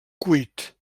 cuit